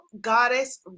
Goddess